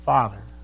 Father